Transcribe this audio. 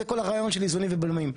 זה כל הרעיון של איזונים ובלמים.